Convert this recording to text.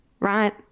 Right